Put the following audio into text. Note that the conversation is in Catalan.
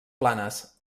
planes